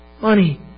Money